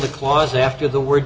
the clause after the word